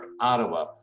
Ottawa